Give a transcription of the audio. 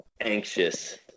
anxious